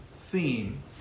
theme